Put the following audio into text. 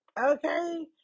okay